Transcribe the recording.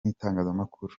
n’itangazamakuru